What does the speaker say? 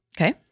Okay